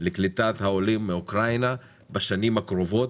לקליטת העולים מאוקראינה בשנים הקרובות,